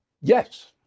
Yes